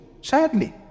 Sadly